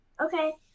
Okay